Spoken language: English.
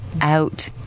out